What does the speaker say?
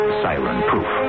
siren-proof